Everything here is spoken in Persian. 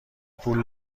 پول